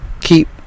keep